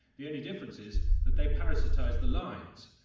the only difference is that they parasitise the lines.